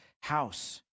house